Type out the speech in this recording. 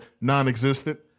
non-existent